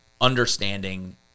understanding